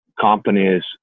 companies